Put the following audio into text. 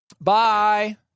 Bye